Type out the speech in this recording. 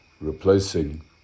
replacing